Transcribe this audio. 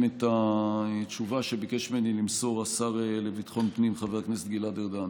את התשובה שביקש ממני למסור השר לביטחון הפנים חבר הכנסת גלעד ארדן: